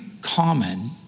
common